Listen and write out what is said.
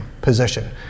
position